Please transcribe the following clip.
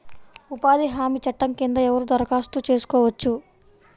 ఉపాధి హామీ చట్టం కింద ఎవరు దరఖాస్తు చేసుకోవచ్చు?